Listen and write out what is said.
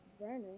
burner